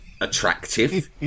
attractive